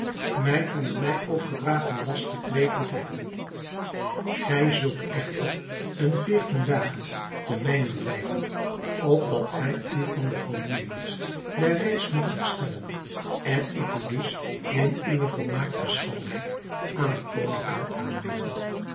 mij van den mij opgedragen last gekweten te hebben gij zult echter een veertien dagen ten mijnent blijven opdat gij u van de vermoeijenis der reis moogt herstellen en ik u dus in uwe volmaakte schoonheid aan den koning kan aanbieden